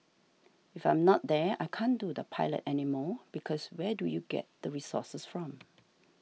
if I'm not there I can't do the pilot anymore because where do you get the resources from